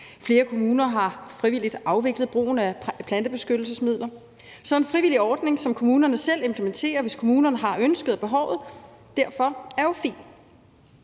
Flere kommuner har frivilligt afviklet brugen af plantebeskyttelsesmidler, så en frivillig ordning, som kommunerne selv implementerer, hvis kommunerne har ønsket og behovet derfor, er jo fint.